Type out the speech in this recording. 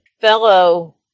fellow